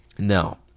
No